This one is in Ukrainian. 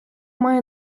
має